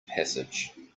passage